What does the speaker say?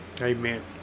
Amen